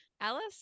alice